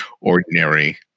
ordinary